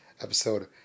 episode